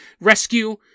rescue